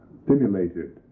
stimulated